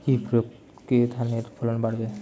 কি প্রয়গে ধানের ফলন বাড়বে?